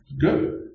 Good